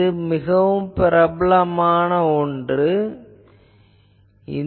இது பிரபலமான சமன்பாடு